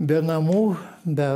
be namų be